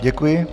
Děkuji.